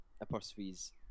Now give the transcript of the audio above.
Apostrophe's